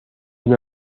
una